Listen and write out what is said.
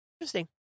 Interesting